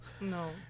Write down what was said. No